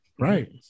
Right